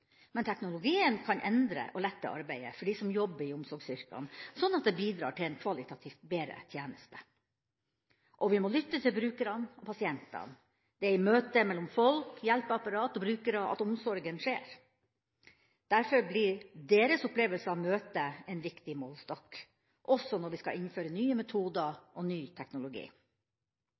Men teknologien kan endre og lette arbeidet for dem som jobber i omsorgsyrkene, sånn at det bidrar til en kvalitativt bedre tjeneste. Og vi må lytte til brukerne og pasientene. Det er i møtet mellom folk, hjelpeapparat og brukere at omsorgen skjer. Derfor blir deres opplevelse av møtet en viktig målestokk, også når vi skal innføre nye metoder og ny teknologi.